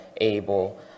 able